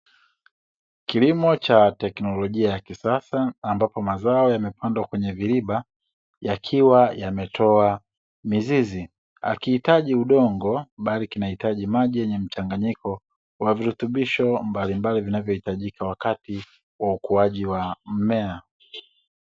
Kilimo cha teknolojia ya kisasa ambapo mazao yamepandwa kwenye viriba yakiwa yametoa mizizi. Hakihitaji udongo bali kinahitaji maji yenye mchanganyiko wa virutubisho mbalimbali vinavyohitajika wakati wa ukuaji wa mmea.